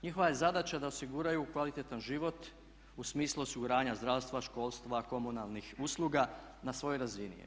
Njihova je zadaća da osiguraju kvalitetan život u smislu osiguranja zdravstva, školstva, komunalnih usluga na svojoj razini.